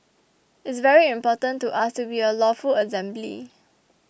it's very important to us to be a lawful assembly